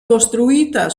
costruita